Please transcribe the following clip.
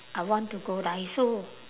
I want to go daiso